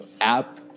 app